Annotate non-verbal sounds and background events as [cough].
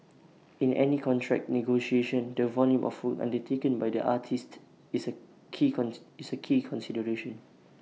in any contract negotiation the volume of food undertaken by the artiste is A key [unintelligible] is A key consideration